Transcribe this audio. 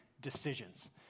decisions